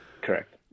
Correct